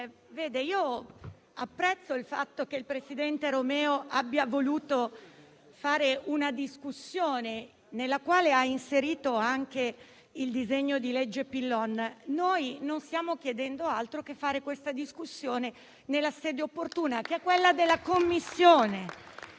Presidente, apprezzo il fatto che il presidente Romeo abbia voluto fare una discussione nella quale ha inserito anche il disegno di legge Zan: noi non stiamo chiedendo altro che fare questa discussione nella sede opportuna, cioè in Commissione.